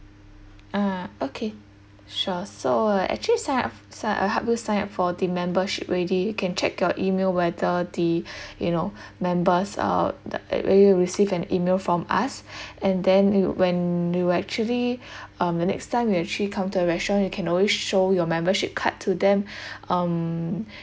uh okay sure so uh actually sign up sign I help you sign up for the membership already you can check your email whether the you know members uh the whether you receive an email from us and then you when you actually um the next time you actually come to our restaurant you can always show your membership card to them um